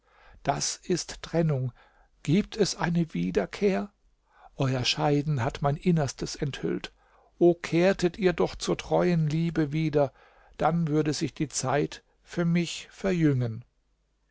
das ist trennung gibt es eine wiederkehr euer scheiden hat mein innerstes enthüllt o kehrtet ihr doch zur treuen liebe wieder dann würde sich die zeit für mich verjüngen